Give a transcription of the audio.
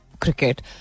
cricket